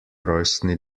rojstni